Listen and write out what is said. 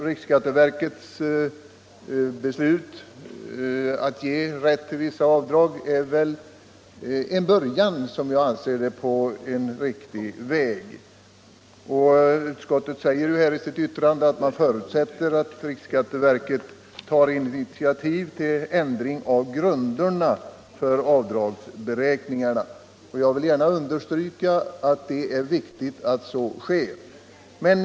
Riksskatteverkets beslut att medge rätt till vissa avdrag anser jag vara ett första steg på rätt väg. Utskottet säger också i sitt betänkande att man förutsätter att riksskatteverket tar initiativ till ändringar av grunderna för avdragsberäkningen. Jag vill gärna understryka att det är viktigt att så sker.